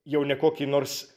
jau ne kokį nors